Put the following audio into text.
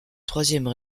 troisième